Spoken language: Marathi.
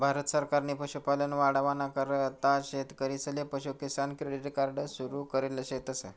भारत सरकारनी पशुपालन वाढावाना करता शेतकरीसले पशु किसान क्रेडिट कार्ड सुरु करेल शेतस